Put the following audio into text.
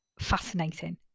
fascinating